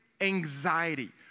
anxiety